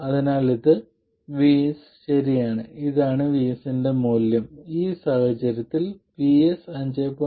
അതിനാൽ ഇത് VS ശരിയാണ് ഇതാണ് VS ന്റെ മൂല്യം ഈ സാഹചര്യത്തിൽ VS 5